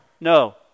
No